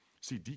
See